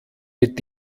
mit